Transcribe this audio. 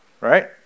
right